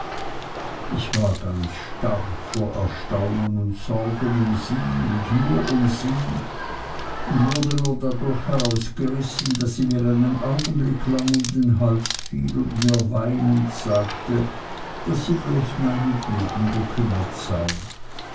ich war ganz starr vor erstaunen und sorgen um sie und nur um sie und wurde nur dadurch herausgerissen daß sie mir einen augenblick lang um den hals fiel und mir weinend sagte daß sie bloß meinetwegen bekümmert sei